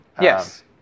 Yes